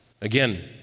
Again